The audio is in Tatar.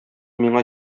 миңа